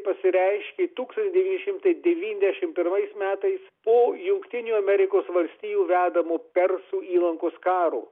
pasireiškė tūkstantis devyni šimtai devyndešim pirmais metais po jungtinių amerikos valstijų vedamo persų įlankos karo